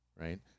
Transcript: right